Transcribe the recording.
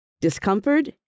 discomfort